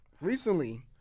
recently